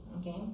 okay